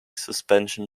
suspension